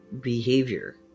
behavior